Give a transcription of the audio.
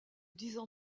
disant